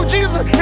Jesus